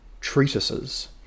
Treatises